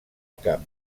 cap